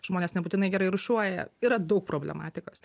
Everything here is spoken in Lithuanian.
žmonės nebūtinai gerai rūšiuoja yra daug problematikos